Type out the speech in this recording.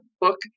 book